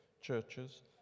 churches